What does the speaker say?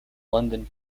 london